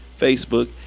Facebook